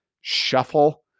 shuffle